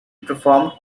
performed